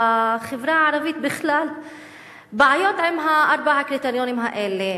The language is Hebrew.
בחברה הערבית בכלל בעיות עם ארבעה הקריטריונים האלה.